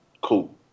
Cool